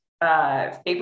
Favorite